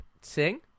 Sing